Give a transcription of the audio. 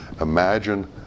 Imagine